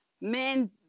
men